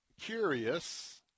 curious